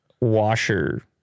washer